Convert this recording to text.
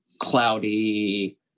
cloudy